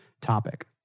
topic